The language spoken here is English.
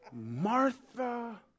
Martha